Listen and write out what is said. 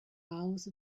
mouths